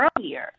earlier